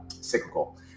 cyclical